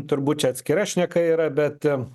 turbūt čia atskira šneka yra bet